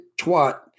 twat